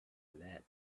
lead